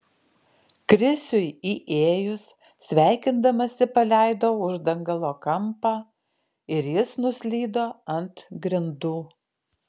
krisiui įėjus sveikindamasi paleido uždangalo kampą ir jis nuslydo ant grindų